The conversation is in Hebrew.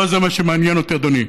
לא זה מה שמעניין אותי, אדוני.